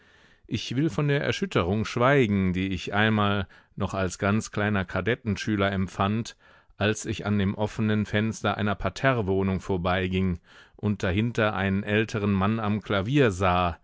ich will von der erschütterung schweigen die ich einmal noch als ganz kleiner kadettenschüler empfand als ich an dem offenen fenster einer parterrewohnung vorbeiging und dahinter einen älteren mann am klavier sah